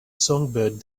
songbird